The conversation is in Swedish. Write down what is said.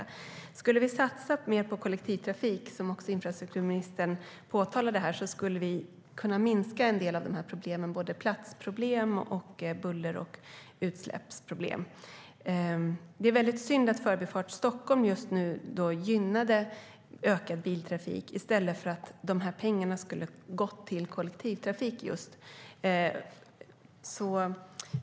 Om vi skulle satsa mer på kollektivtrafik, vilket infrastrukturministern också påpekade, skulle vi kunna minska en del av de här problemen, såväl platsproblem som buller och utsläppsproblem. Det är synd att Förbifart Stockholm gynnar ökad biltrafik i stället för att pengarna går till just kollektivtrafik.